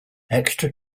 extra